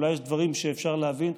אולי יש דברים שאפשר להבין,